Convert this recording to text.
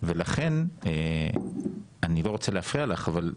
ולכן אני לא רוצה להפריע לך, אבל תמשיכי.